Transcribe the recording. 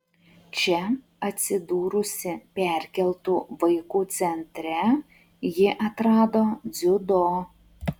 čia atsidūrusi perkeltų vaikų centre ji atrado dziudo